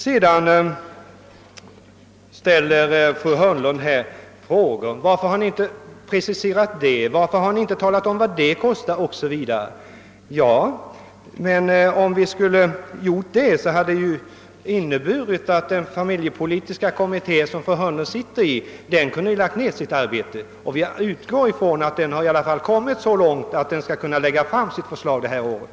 Sedan ställde fru Hörnlund frågor: Varför har ni inte preciserat det? Varför har ni inte talat om vad det kostar, 0.s.v.2 Om vi hade gjort det, skulle det ha inneburit att den familjepolitiska kommittén, som fru Hörnlund ingår i, kunde lägga ned sitt arbete. Vi utgår i alla fall ifrån att kommittén kommit så långt i sitt arbete att den skall kunna lägga fram sitt förslag under det här året.